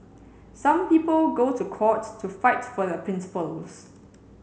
some people go to court to fight for their principles